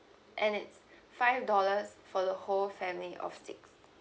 and it's five dollars for the whole family of six